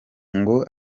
ngo